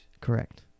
Correct